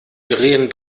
drehen